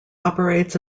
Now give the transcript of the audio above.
operates